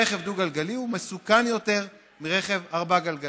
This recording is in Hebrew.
רכב דו-גלגלי הוא מסוכן יותר מרכב ארבע-גלגלי,